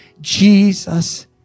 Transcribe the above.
Jesus